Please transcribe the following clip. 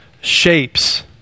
shapes